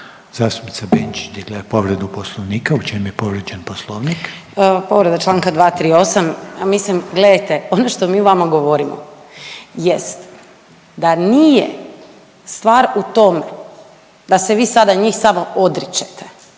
Zastupnica Benčić digla je povredu Poslovnika. U čem je povrijeđen Poslovnik? **Benčić, Sandra (Možemo!)** Povreda članka 238. Mislim gledajte, ono što mi vama govorimo jest da nije stvar u tome da se vi sada njih samo odričete,